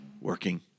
working